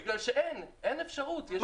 בגלל שאין, אין אפשרות, יש מגמה.